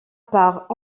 part